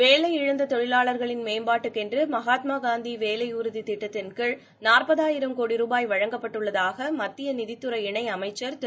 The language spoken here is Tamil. வேலையிழந்த தொழிலாளர்களின் மேம்பாட்டுக்கென்று மகாத்மா காந்தி வேலை உறுதி திட்டத்தின் கீழ நூற்பதாயிரம் கோடி ருபாய் வழங்கப்பட்டுள்ளதாக மத்திய நிதித் துறை இணை அமைச்சர் திரு